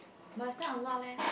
must spend a lot leh